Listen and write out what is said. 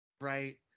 right